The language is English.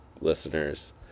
listeners